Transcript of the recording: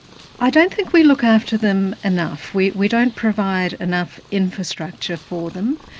i don't think we look after them enough. we we don't provide enough infrastructure for them.